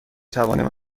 توانیم